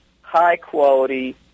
high-quality